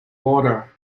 water